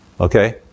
Okay